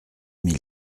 mille